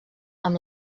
amb